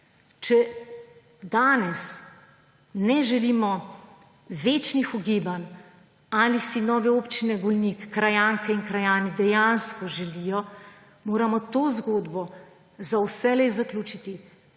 Če danes ne želimo večnih ugibanj, ali si nove občine Golnik krajanke in krajani dejansko želijo, moramo to zgodbo za vselej zaključiti